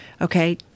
Okay